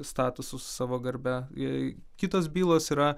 statusu savo garbe jei kitos bylos yra